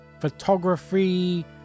photography